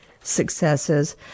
successes